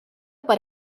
per